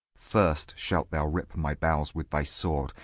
first shalt thou rip my bowels with thy sword,